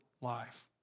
life